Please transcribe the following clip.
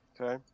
Okay